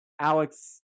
Alex